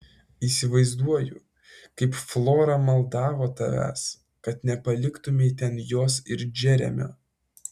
įsivaizduoju kaip flora maldavo tavęs kad nepaliktumei ten jos ir džeremio